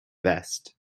vest